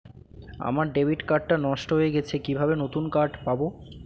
আমার debit card টা নষ্ট হয়ে গেছে কিভাবে নতুন কার্ড পাব?